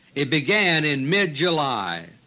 it began in mid july.